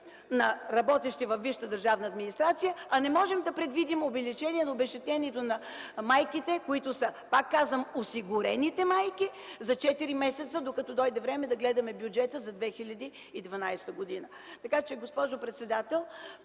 на работещи във висшата държавна администрация, а не можем да предвидим увеличение на обезщетението на майките, които са, пак казвам, осигурените майки за четири месеца, докато дойде време да гледаме бюджета за 2012 г. Така че, госпожо председател,